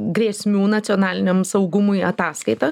grėsmių nacionaliniam saugumui ataskaitą